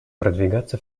продвигаться